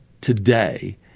today